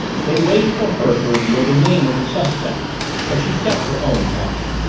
they waited for her to reveal the name of the suspect but she kept her own counsel.